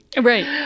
right